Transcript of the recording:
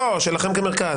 לא, שלכם כמרכז.